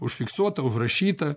užfiksuota užrašyta